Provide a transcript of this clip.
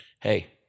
hey